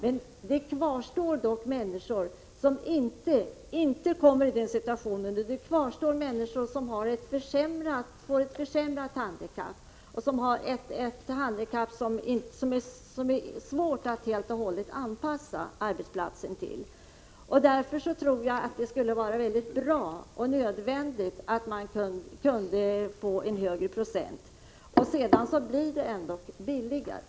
Det kommer dock alltid att finnas människor som inte kommer så långt. Det kvarstår alltid människor som får ett försämrat handikapp eller som har ett sådant handikapp till vilket det är svårt att helt och hållet anpassa arbetsplatsen. Jag tror att det är nödvändigt att man får en högre bidragsprocent. Det skulle ändå bli billigare.